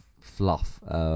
fluff